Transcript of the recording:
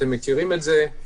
אתם מכירים את זה.